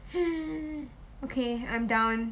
okay I'm down